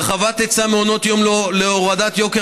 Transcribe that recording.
הרחבת היצע מעונות היום להורדת יוקר